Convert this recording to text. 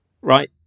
right